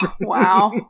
Wow